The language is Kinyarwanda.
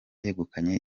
yegukanye